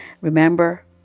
Remember